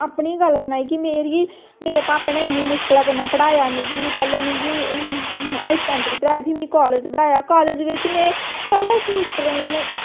अपनी गल्ल सनाई कि मेरे पापे ने इन्नी मुश्कला कन्नै पढ़ाया मिगी पैह्ले मिगी हाई सकैंडरी पढ़ाया फ्ही मिगी कालज बिच्च पढ़ाया कालज बिच्च में त्रवै समिस्टरें में